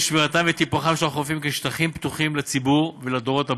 שמירתם וטיפוחם של החופים כשטחים פתוחים לציבור ולדורות הבאים.